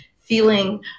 feeling